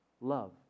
Love